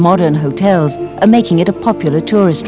modern hotels making it a popular tourist